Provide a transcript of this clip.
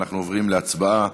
אנחנו עוברים להצבעה